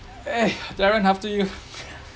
eh after you